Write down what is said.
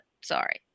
sorry